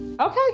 okay